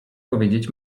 powiedzieć